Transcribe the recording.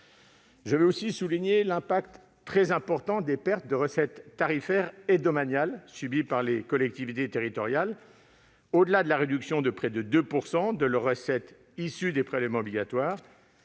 Je veux aussi souligner les conséquences très importantes des pertes de recettes tarifaires et domaniales subies par les collectivités territoriales, au-delà de la réduction de près de 2 % de leurs recettes issues des prélèvements obligatoires,